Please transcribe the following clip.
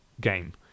game